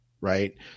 right